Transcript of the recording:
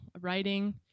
writing